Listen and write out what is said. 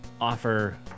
offer